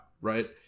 Right